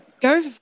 go